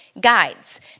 guides